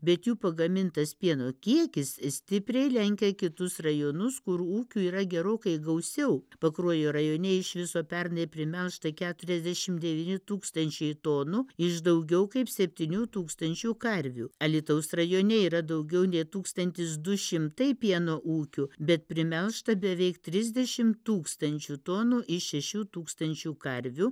bet jų pagamintas pieno kiekis stipriai lenkia kitus rajonus kur ūkių yra gerokai gausiau pakruojo rajone iš viso pernai primelžta keturiasdešim devyni tūkstančiai tonų iš daugiau kaip septynių tūkstančių karvių alytaus rajone yra daugiau nei tūkstantis du šimtai pieno ūkių bet primelžta beveik trisdešim tūkstančių tonų iš šešių tūkstančių karvių